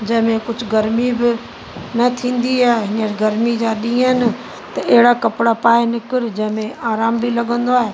जंहिं में कुझु गर्मी बि न थींदी आहे हींअर गर्मी जा ॾींहं आहिनि त अहिड़ा कपिड़ा पाए निकिरु जंहिं में आरामु बि लॻंदो आहे